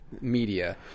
media